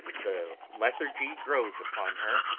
the lethargy grows upon her,